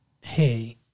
hey